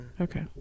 okay